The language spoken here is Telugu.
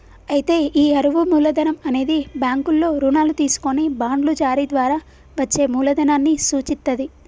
అయితే ఈ అరువు మూలధనం అనేది బ్యాంకుల్లో రుణాలు తీసుకొని బాండ్లు జారీ ద్వారా వచ్చే మూలదనాన్ని సూచిత్తది